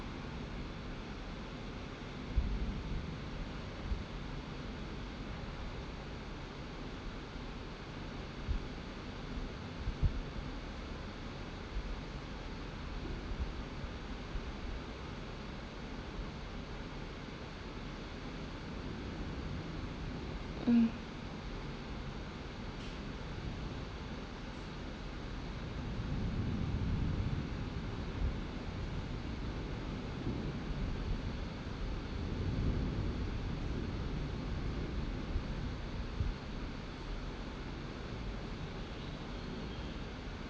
mm